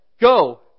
Go